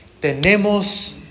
tenemos